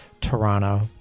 Toronto